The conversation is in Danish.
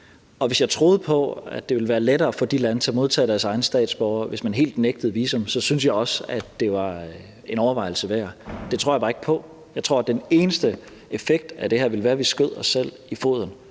Og hvis jeg troede på, at det ville være lettere at få de lande til at modtage deres egne statsborgere, hvis man helt nægtede dem visum, ville jeg også synes, det var en overvejelse værd. Det tror jeg bare ikke på. Jeg tror, at den eneste effekt af det her ville være, at vi skød os selv i foden.